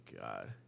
God